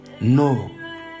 no